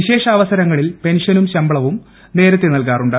വിശേഷാവസരങ്ങളിൽ പെൻഷനും ശമ്പളവും നേരത്തെ നൽകാറുണ്ട്